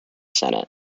senate